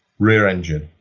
rear engine.